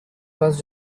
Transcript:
was